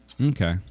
Okay